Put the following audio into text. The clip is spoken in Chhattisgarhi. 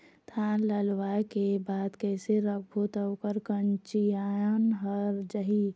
धान ला लुए के बाद कइसे करबो त ओकर कंचीयायिन हर जाही?